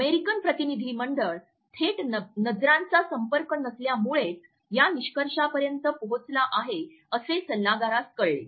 American प्रतिनिधीमंडळ थेट नजरांचा संपर्क नसल्यामुळेच या निष्कर्षापर्यंत पोहोचला आहे असे सल्लागारास कळले